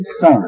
son